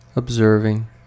Observing